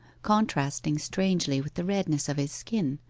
contrasting strangely with the redness of his skin,